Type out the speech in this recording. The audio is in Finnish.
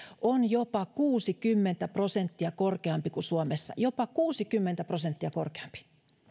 on jopa kuusikymmentä prosenttia korkeampi kuin suomessa jopa kuusikymmentä prosenttia korkeampi